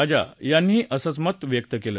राजा यांनीही असंच मत व्यक्त केलं